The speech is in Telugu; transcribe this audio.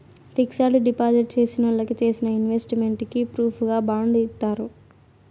ఫిక్సడ్ డిపాజిట్ చేసినోళ్ళకి చేసిన ఇన్వెస్ట్ మెంట్ కి ప్రూఫుగా బాండ్ ఇత్తారు